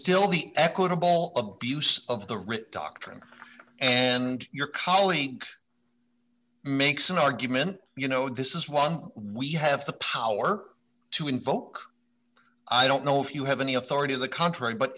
still the equitable abuse of the rich doctrine and your colleague makes an argument you know this is one we have the power to invoke i don't know if you have any authority on the contrary but